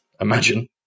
imagine